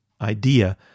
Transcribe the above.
idea